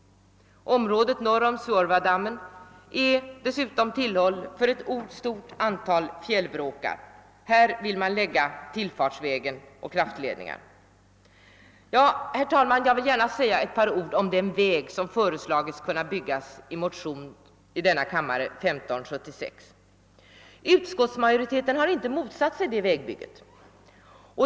Området norr om Suorvadammen är dessutom tillhåll för ett stort antal fjällvråkar. Här vill man anlägga tillfartsvägen och kraftledningar. Herr talman! Jag vill gärna säga några ord om den väg som enligt förslaget i motionen II:1576 skall kunna byggas. Utskottsmajoriteten har inte motsatt sig detta vägbygge.